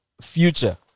Future